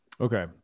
Okay